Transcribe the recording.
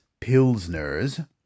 Pilsners